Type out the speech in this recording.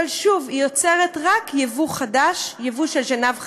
אבל שוב, היא עוצרת רק יבוא של שנהב חדש.